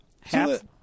Half